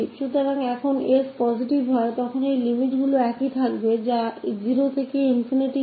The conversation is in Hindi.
तो जब s पॉजिटिव होगा लिमिट उसी तरह रहेगी 0 से ∞